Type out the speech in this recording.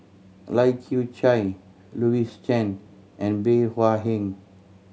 Lai Kew Chai Louis Chen and Bey Hua Heng